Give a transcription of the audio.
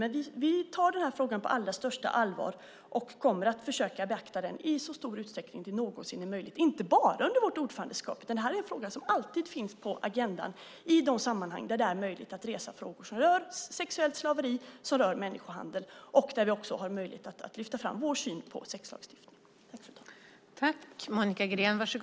Men vi tar den här frågan på allra största allvar och kommer att försöka att beakta den i så stor utsträckning det någonsin är möjligt och inte bara under vårt ordförandeskap. Det här är en fråga som alltid finns på agendan i de sammanhang där det är möjligt att resa frågor som rör sexuellt slaveri, som rör människohandel och där vi också vi har möjlighet att lyfta fram vår syn på sexlagstiftning.